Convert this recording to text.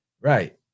Right